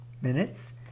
minutes